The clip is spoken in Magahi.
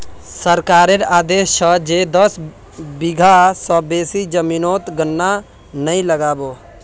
सरकारेर आदेश छ जे दस बीघा स बेसी जमीनोत गन्ना नइ लगा बो